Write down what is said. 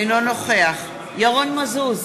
אינו נוכח ירון מזוז,